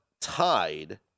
tied